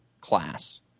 class